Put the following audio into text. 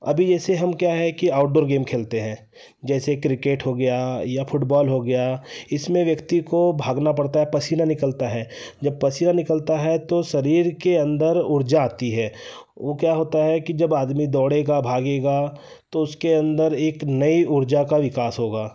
अभी जैसे हम क्या है कि आउटडोर गेम खेलते हैं जैसे क्रिकेट हो गया या फुटबाल हो गया इसमें व्यक्ति को भागना पड़ता है पसीना निकलता है जब पसीना निकलता है तो शरीर के अंदर ऊर्जा आती है वह क्या होता है कि जब आदमी दौड़ेगा भागेगा तो उसके अंदर एक नई ऊर्जा का विकास होगा